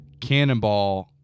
Cannonball